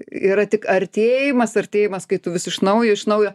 yra tik artėjimas artėjimas kai tu vis iš naujo iš naujo